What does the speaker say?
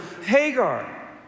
Hagar